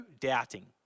doubting